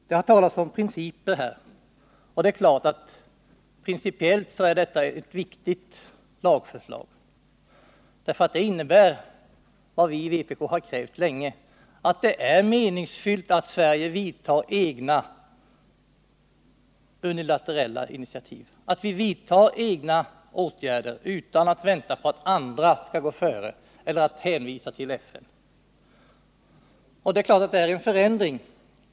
Det har här talats om principer. Det är klart att principieilt är detta ett viktigt lagförslag. Det innebär vad vi i vpk länge krävt. Det är meningsfullt att Sverige vidtar egna unilaterala initiativ — att Sverige vidtar egna åtgärder utan att vänta på att andra skall gå före och utan att hänvisa till FN. Det är klart att detta är en förändring.